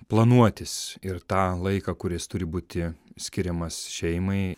planuotis ir tą laiką kuris turi būti skiriamas šeimai